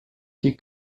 die